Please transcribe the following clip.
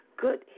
good